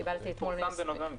קיבלתי אתמול --- זה פורסם בנובמבר.